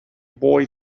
boy